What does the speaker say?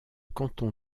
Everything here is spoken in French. canton